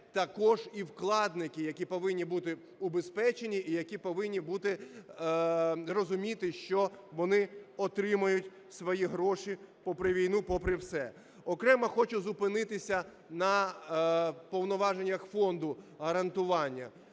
також і вкладники, які повинні бути убезпеченні і які повинні розуміти, що вони отримають свої гроші попри війну, попри все. Окремо хочу зупинитися на повноваженнях Фонду гарантування.